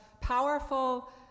powerful